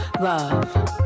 love